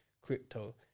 crypto